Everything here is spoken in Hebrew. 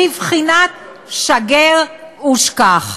בבחינת שגר ושכח.